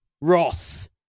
Ross